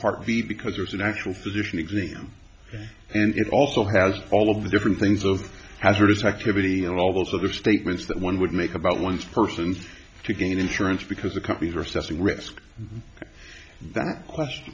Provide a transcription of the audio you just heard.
part b because there's an actual physician exam and it also has all of the different things of hazardous activity and all those other statements that one would make about one's person to gain insurance because the companies are setting risk that question